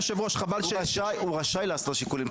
אתם מכריחים אותו לעשות את זה הוא רשאי לעשות את השיקולים,